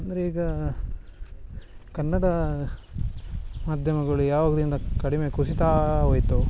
ಅಂದರೆ ಈಗ ಕನ್ನಡ ಮಾಧ್ಯಮಗಳು ಯಾವಾಗ್ಲಿಂದ ಕಡಿಮೆ ಕುಸಿತಾ ಹೋಯ್ತೋ